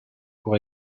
pour